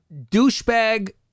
douchebag